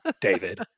David